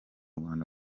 rwanda